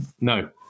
No